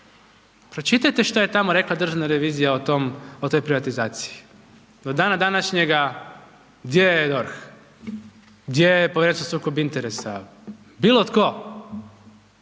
Pročitajte što je tamo rekla državna revizija o toj privatizaciji. Do dana današnjega gdje joj je DORH, gdje joj je Povjerenstvo za sukob interesa? Bilo tko?